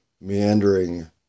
meandering